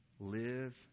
Live